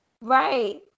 Right